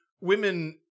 women